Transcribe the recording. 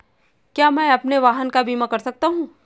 क्या मैं अपने वाहन का बीमा कर सकता हूँ?